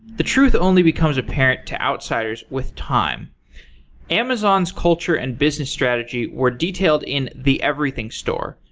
the truth only becomes apparent to outsiders with time amazon's culture and business strategy were detailed in the everything store,